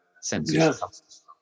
senses